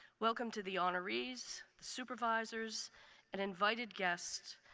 welcome to the honorees, the supervisors and invited guests,